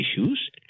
issues